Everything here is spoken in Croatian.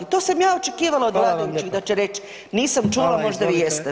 To sam ja očekivala od vladajućih da će reći [[Upadica: Hvala vam lijepo.]] nisam čula, možda vi jeste.